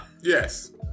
Yes